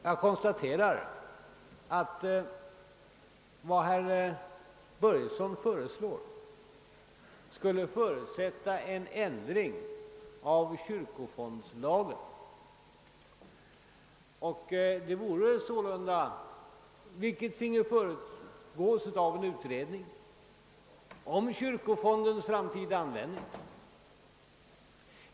Jag konstaterar emellertid att vad herr Börjesson i Falköping föreslår skulle förutsätta en ändring av kyrkofondslagen, vilken finge föregås av en utredning om kyrkofondens framtida användning.